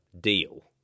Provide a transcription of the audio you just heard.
deal